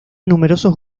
numerosos